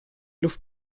luft